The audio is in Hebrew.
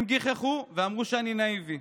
הם גיחכו ואמרו שאני נאיבי.